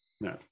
no